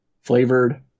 flavored